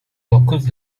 dokuz